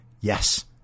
Yes